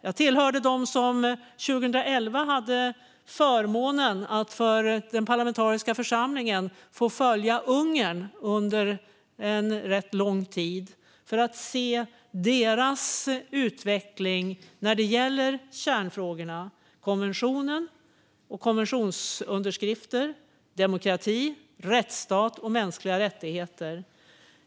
Jag tillhör dem som 2011 hade förmånen att för den parlamentariska församlingen följa Ungern under ganska lång tid, för att se deras utveckling när det gäller kärnfrågorna - konventionen och konventionsunderskrifter, demokrati, rättsstat och mänskliga rättigheter.